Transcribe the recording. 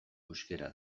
euskara